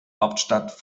hauptstadt